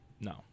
No